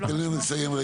תן להם לסיים.